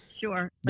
Sure